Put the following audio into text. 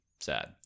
Sad